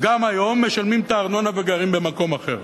גם היום, משלמים את הארנונה וגרים במקום אחר.